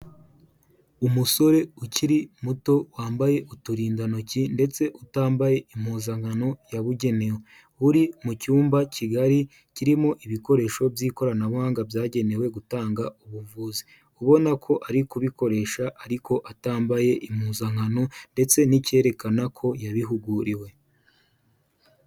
Umusore ukiri muto wambaye uturindantoki ndetse utambaye impuzankano yabugenewe, uri mu cyumba kigari kirimo ibikoresho by'ikoranabuhanga byagenewe gutanga ubuvuzi, ubona ko ari kubikoresha ariko atambaye impuzankano ndetse n'icyerekana ko yabihuguriwe.